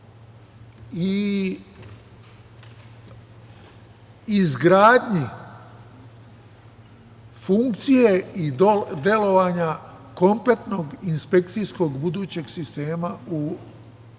i izgradnji funkcije i delovanja kompletnog inspekcijskog budućeg sistema u